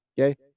okay